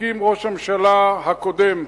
הסכים ראש הממשלה הקודם,